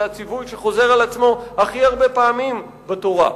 שזה הציווי שחוזר על עצמו הכי הרבה פעמים בתורה.